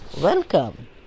welcome